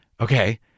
Okay